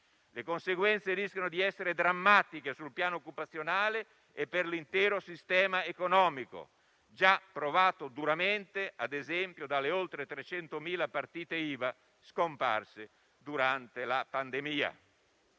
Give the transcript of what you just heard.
Le conseguenze rischiano di essere drammatiche sul piano occupazionale e per l'intero sistema economico, già provato duramente, ad esempio, dalle oltre 300.000 partite IVA scomparse durante la pandemia.